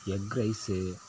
egg rice